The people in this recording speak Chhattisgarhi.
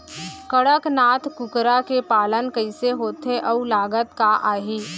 कड़कनाथ कुकरा के पालन कइसे होथे अऊ लागत का आही?